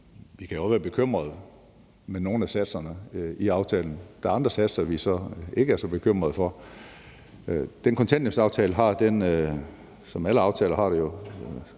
Vi kan godt være bekymrede over nogle af satserne i aftalen, og så er der andre satser, vi ikke er så bekymrede over. Den kontanthjælpsaftale indeholder som alle aftaler jo